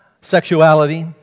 sexuality